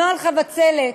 נוהל "חבצלת"